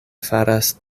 faras